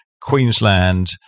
Queensland